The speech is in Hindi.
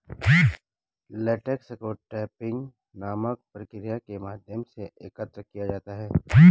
लेटेक्स को टैपिंग नामक प्रक्रिया के माध्यम से एकत्र किया जाता है